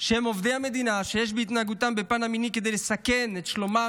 שהם עובדי המדינה ויש בהתנהגותם בפן המיני כדי לסכן את שלומם